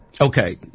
okay